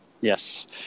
Yes